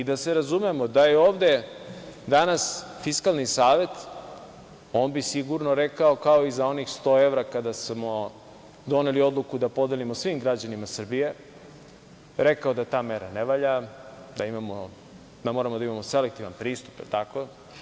Da se razumemo, da je ovde danas Fiskalni savet, on bi sigurno rekao kao i za onih 100 evra kada smo doneli odluku da podelimo svim građanima Srbije, rekao da ta mera ne valja, da imamo, da moramo da imamo selektivan pristup, da li je tako?